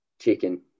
chicken